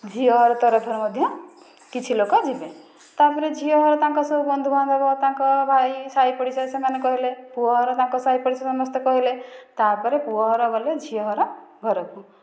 ଝିଅଘର ତରଫରୁ ମଧ୍ୟ କିଛି ଲୋକ ଯିବେ ତା'ପରେ ଝିଅ ତାଙ୍କର ସବୁ ବନ୍ଧୁ ବାନ୍ଧବ ତାଙ୍କ ଭାଇ ସାହି ପଡ଼ିଶା ସେମାନେ କହିଲେ ପୁଅ ଘର ତାଙ୍କ ସାହି ପଡ଼ିଶା ସମସ୍ତେ କହିଲେ ତା'ପରେ ପୁଅ ଘର ଗଲେ ଝିଅଘର ଘରକୁ